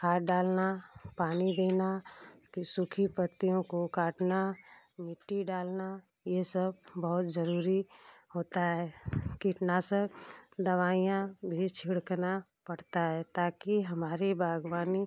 खाद डालना पानी देना फिर सूखी पत्तियों को काटना मिट्टी डालना ये सब बहुत जरूरी होता है कीटनाशक दवाइयाँ भी छिड़कना पड़ता है ताकि हमारी बागवानी